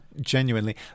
genuinely